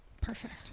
perfect